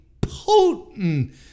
potent